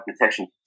detection